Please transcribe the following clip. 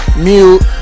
Mute